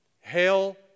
Hail